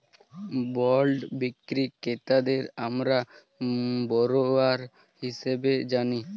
bond বিক্রি ক্রেতাদের আমরা বরোয়ার হিসেবে জানি